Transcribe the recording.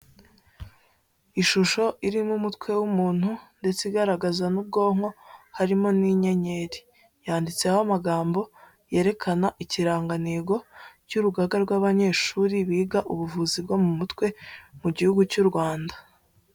Ishusho irimo umutwe w'umuntu ndetse igaragaza n'ubwonko harimo n'inyenyeri, yanditseho amagambo yerekana ikirangantego cy'urugaga rw'abanyeshuri biga ubuvuzi bwo mu mutwe mu gihugu cy'u Rwanda.